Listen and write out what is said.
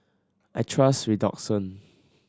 I trust Redoxon